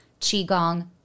Qigong